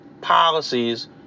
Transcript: policies